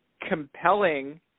compelling